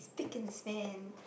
pick at his name